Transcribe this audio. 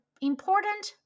important